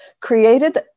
created